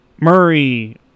Murray